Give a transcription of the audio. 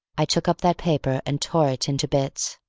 i took up that paper and tore it into bits.